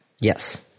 Yes